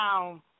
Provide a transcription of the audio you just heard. down